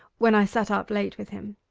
when i sat up late with him.